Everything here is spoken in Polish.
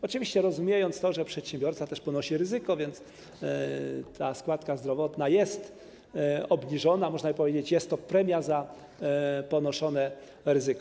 Oczywiście rozumiemy to, że przedsiębiorca też ponosi ryzyko, więc ta składka zdrowotna jest obniżona - można by powiedzieć, że jest to premia za ponoszone ryzyko.